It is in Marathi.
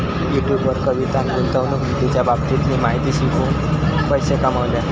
युट्युब वर कवितान गुंतवणूक निधीच्या बाबतीतली माहिती शिकवून पैशे कमावल्यान